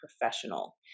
professional